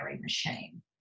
machine